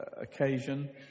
occasion